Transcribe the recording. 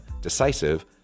decisive